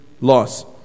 loss